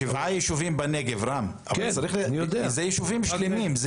בשבעה יישובים בנגב, רם, זה יישובים שלמים.